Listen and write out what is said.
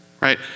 right